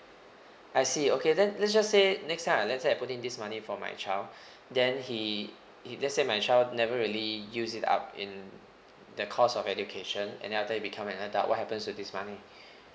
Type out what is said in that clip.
I see okay then let's just say next time I let's say I put in this money for my child then he he let's say my child never really use it up in the cost of education and then after he become an adult what happens with this money